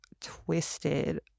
twisted